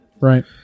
Right